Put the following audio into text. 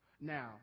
Now